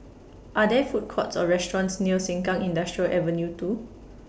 Are There Food Courts Or restaurants near Sengkang Industrial Avenue two